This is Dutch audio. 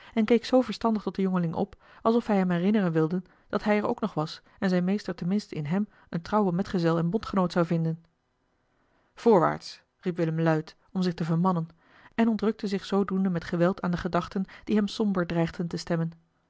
en keek zoo verstandig tot den jongeling op alsof hij hem herinneren wilde dat hij er ook nog was en zijn meester ten minste in hem een trouwen metgezel en bondgenoot zou vinden voorwaarts riep willem luid om zich te vermannen en ontrukte zich zoodoende met geweld aan de gedachten die hem somber dreigden te stemmen